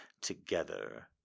together